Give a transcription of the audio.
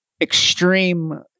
extreme